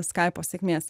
skaipo sėkmės